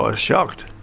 ah shocked.